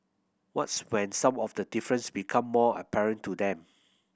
what's when some of the difference become more apparent to them